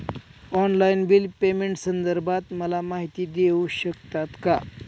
Online bill पेमेंटसंदर्भात मला माहिती देऊ शकतात का?